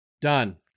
done